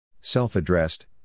Self-addressed